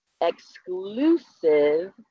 exclusive